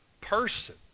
person